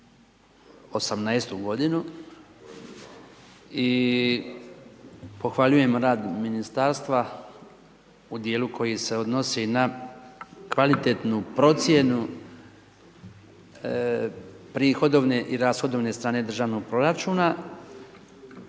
2018. g. i pohvaljujemo rad ministarstva u dijelu koji se odnosi na kvalitetnu procjenu prihodovne i rashodovne strane Državnog proračuna